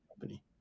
company